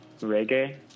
reggae